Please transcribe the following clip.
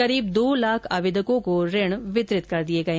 करीब दो लाख आवेदकों को ऋण वितरित कर दिए गए